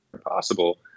possible